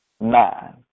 nine